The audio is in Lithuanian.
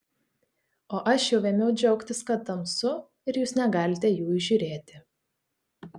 o aš jau ėmiau džiaugtis kad tamsu ir jūs negalite jų įžiūrėti